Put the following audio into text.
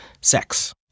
sex